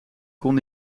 kon